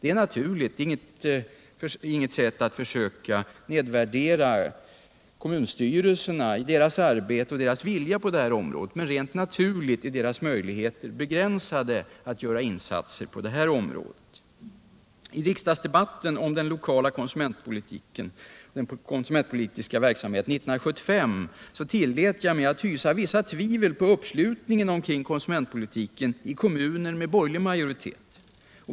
När jag säger det är det inget försök att nedvärdera kommunstyrelsernas arbete och vilja, men helt naturligt är deras möjligheter att göra insatser på detta område begränsade. I riksdagsdebatten 1975 om den lokala konsumentpolitiska verksamheten tillät jag mig hysa vissa tvivel på uppslutningen omkring konsumentpolitiken i kommuner med borgerlig majoritet.